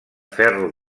ferro